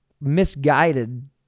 misguided